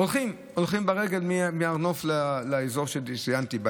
הולכים ברגל מהר נוף לאזור שציינתי,